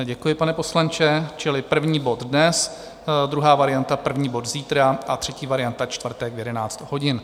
Děkuji, pane poslanče, čili první bod dnes, druhá varianta první bod zítra a třetí varianta čtvrtek v 11 hodin.